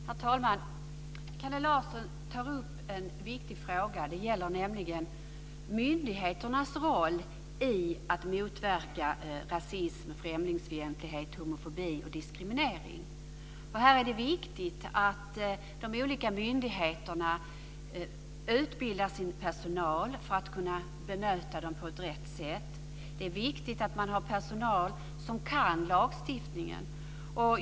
Herr talman! Kalle Larsson tar upp en viktig fråga, nämligen myndigheternas roll när det gäller att motverka rasism, främlingsfientlighet, homofobi och diskriminering. Det är viktigt att de olika myndigheterna utbildar sin personal för att kunna bemöta människor på rätt sätt. Det är viktigt att de har personal som kan lagstiftningen.